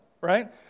right